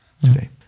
today